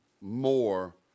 more